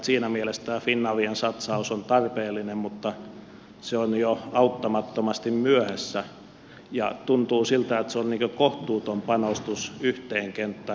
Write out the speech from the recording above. siinä mielessä tämä finavian satsaus on tarpeellinen mutta se on jo auttamattomasti myöhässä ja tuntuu siltä että se on kohtuuton panostus yhteen kenttään